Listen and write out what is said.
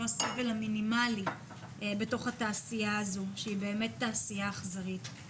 הסבל המינימלי בתוך התעשייה הזו שהיא באמת תעשייה אכזרית.